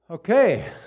Okay